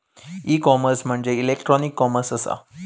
E commerce म्हणजे electronic commerce असा